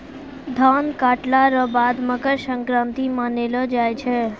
धान काटला रो बाद मकरसंक्रान्ती मानैलो जाय छै